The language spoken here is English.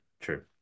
True